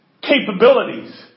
capabilities